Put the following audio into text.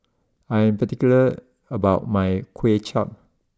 I am particular about my Kway Chap